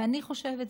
ואני חושבת,